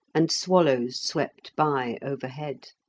and swallows swept by overhead.